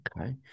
Okay